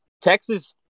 texas